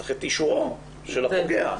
צריך את אישורו של הפוגע.